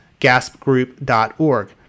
gaspgroup.org